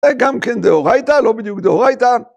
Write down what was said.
‫גם כן דאורייתא, ‫לא בדיוק דאורייצא.